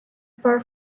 far